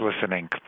listening